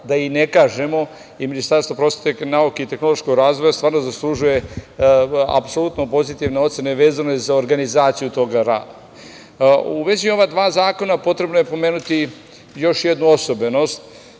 da i ne kažemo. Ministarstvo prosvete, nauke i tehnološkog razvoja stvarno zaslužuje apsolutno pozitivne ocene vezano za organizaciju tog rada.U vezi ova dva zakona, potrebno je pomenuti još jednu osobenost.